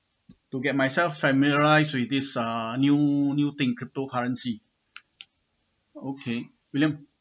to get myself familiarise with this uh new new thing cryptocurrency okay william